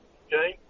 okay